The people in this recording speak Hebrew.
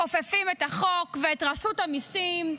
מכופפים את החוק ואת רשות המיסים,